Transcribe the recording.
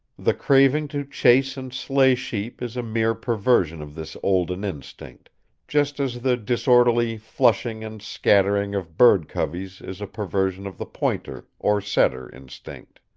the craving to chase and slay sheep is a mere perversion of this olden instinct just as the disorderly flushing and scattering of bird coveys is a perversion of the pointer or setter instinct.